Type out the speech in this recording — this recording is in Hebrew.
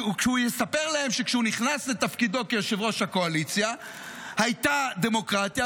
הוא יספר להם שכשהוא נכנס לתפקידו כיושב-ראש הקואליציה הייתה דמוקרטיה,